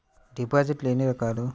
డిపాజిట్లు ఎన్ని రకాలు?